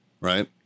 Right